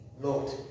Lord